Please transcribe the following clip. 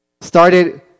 Started